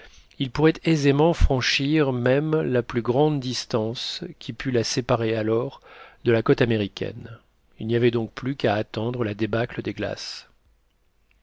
il pourrait aisément franchir même la plus grande distance qui pût le séparer alors de la côte américaine il n'y avait donc plus qu'à attendre la débâcle des glaces